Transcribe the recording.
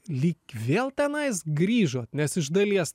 lyg vėl tenais grįžot nes iš dalies